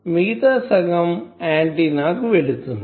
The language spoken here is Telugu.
మిగతా సగం ఆంటిన్నా కు వెళ్తుంది